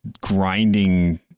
grinding